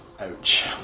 Ouch